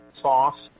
sauce